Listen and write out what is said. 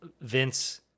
Vince